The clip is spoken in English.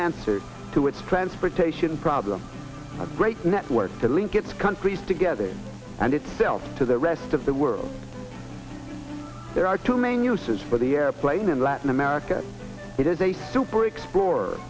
answer to its transportation problem a great network to link its countries together and itself to the rest of the world there are two main uses for the airplane in latin america it is a super explorer